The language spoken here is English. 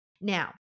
Now